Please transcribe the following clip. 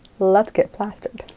let's get plastered.